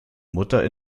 mutter